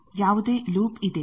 ಯಾವುದೇ ಲೂಪ್ ಇದೆಯೇ